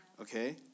okay